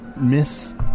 Miss